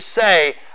say